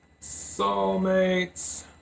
Soulmates